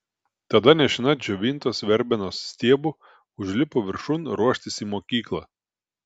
tada nešina džiovintos verbenos stiebu užlipo viršun ruoštis į mokyklą